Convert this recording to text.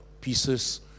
Pieces